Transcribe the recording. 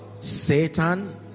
Satan